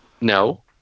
No